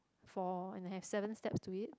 for and have seven steps to it